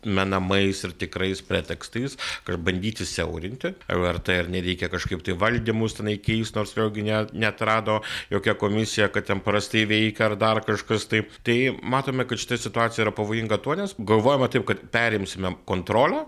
menamais ir tikrais pretekstais kad bandyti siaurinti verta ar nereikia kažkaip tai valdymus tenai keist nors vėlgi ne neatrado jokia komisija kad ten prastai veikia ar dar kažkas taip tai matome kad šita situacija yra pavojinga tuo nes galvojama taip kad perimsime kontrolę